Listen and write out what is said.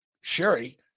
Sherry